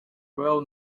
well